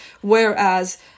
whereas